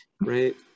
right